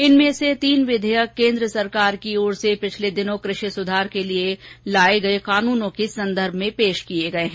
इनमें से तीन विधेयक केन्द्र सरकार की ओर से पिछले दिनों कृषि सुधार के लिये लाये गये कानूनों के संदर्भ में पेश किये गये हैं